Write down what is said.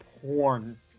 porn